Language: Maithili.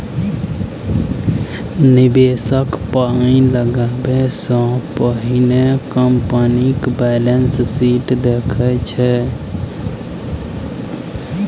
निबेशक पाइ लगाबै सँ पहिने कंपनीक बैलेंस शीट देखै छै